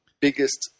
biggest